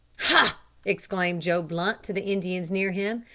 ha! exclaimed joe blunt to the indians near him,